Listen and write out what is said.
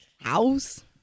house